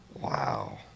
Wow